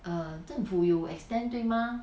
err 政府有 extend 对吗 mah